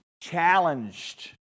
challenged